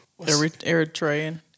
Eritrean